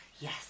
Yes